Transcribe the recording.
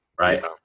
right